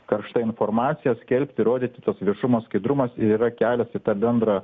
karšta informacija skelbti rodyti tos viešumas skaidrumas yra kelias į tą bendrą